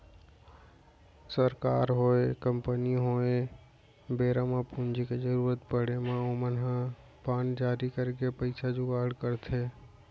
सरकार होय, कंपनी होय बेरा म पूंजी के जरुरत पड़े म ओमन ह बांड जारी करके पइसा जुगाड़ करथे